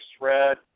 Red